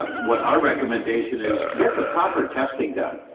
what our recommendation is get the proper testing done.